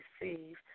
receive